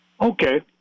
Okay